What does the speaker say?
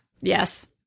Yes